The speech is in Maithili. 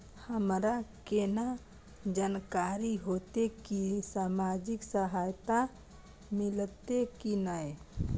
हमरा केना जानकारी होते की सामाजिक सहायता मिलते की नय?